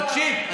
תקשיב.